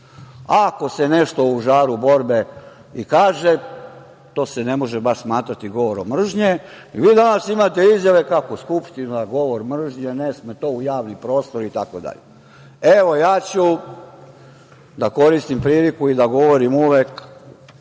Ako se nešto u žaru borbe i kaže, to se ne može baš smatrati govorom mržnje i vi danas imate izjave kako Skupština, govor mržnje, ne sme to u javni prostor itd. Ja ću koristiti priliku da govorim uvek